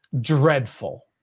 dreadful